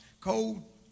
cold